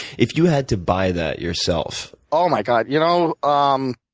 if you had to buy that yourself oh my god. you know, um